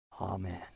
amen